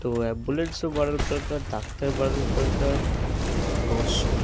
তো অ্যাম্বুলেন্সও বাড়ানোর দরকার ডাক্তার বাড়ানোর দরকার অবশ্যই